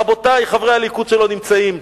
רבותי חברי הליכוד שלא נמצאים,